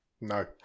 No